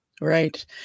Right